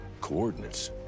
Coordinates